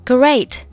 ？Great